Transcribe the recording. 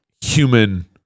human